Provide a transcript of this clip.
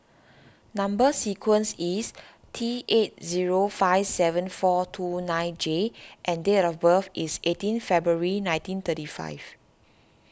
Number Sequence is T eight zero five seven four two nine J and date of birth is eighteen February nineteen thirty five